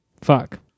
Fuck